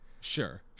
sure